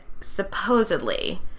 supposedly